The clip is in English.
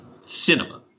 cinema